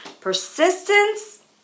persistence